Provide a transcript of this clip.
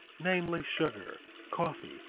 namely, sugar, coffee,